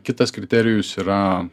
kitas kriterijus yra